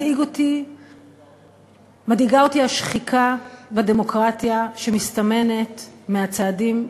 מדאיגה אותי השחיקה בדמוקרטיה שמסתמנת מהצעדים,